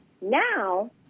Now